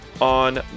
on